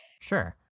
Sure